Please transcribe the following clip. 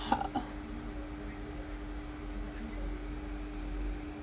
ah uh